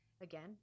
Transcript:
Again